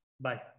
Bye